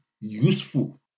useful